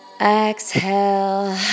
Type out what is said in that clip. Exhale